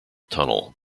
tunnel